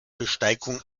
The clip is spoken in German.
besteigung